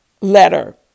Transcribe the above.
letter